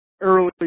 early